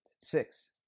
six